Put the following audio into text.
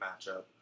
matchup